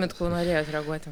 mitkau norėjot reaguoti